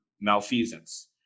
malfeasance